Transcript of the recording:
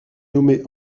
nommé